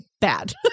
bad